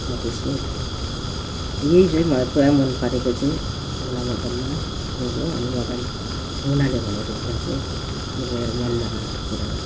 म चाहिँ यसमै यही नै मलाई पुरा मन परेको चाहिँ मुना मदनमा हो यो अनि मदन मुनाले भनेको कुरा चाहिँ मेरो मनमा रहेको कुरा हो